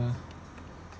uh